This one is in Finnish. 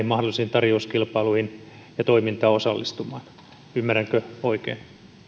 mahdollisiin tarjouskilpailuihin ja toimintaan osallistumaan ymmärränkö oikein